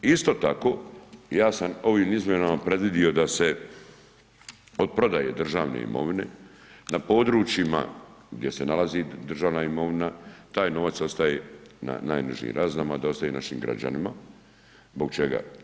Isto tako, ja sam ovim izmjenama predvidio, da se od prodaje državne imovine, na područjima, gdje se nalazi državna imovina, taj novac ostaje na najnižim razinama, da ostaje našim građanima, zbog čega?